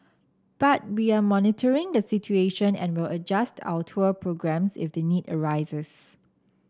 but we are monitoring the situation and will adjust our tour programmes if the need arises